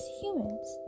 humans